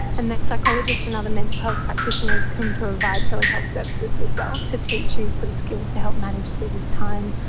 and the psychologists and other mental health practitioners can provide telehealth services as well to teach you sort of skills to help manage through this time.